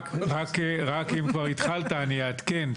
אם כבר התחלת, אני אעדכן.